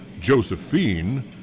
Josephine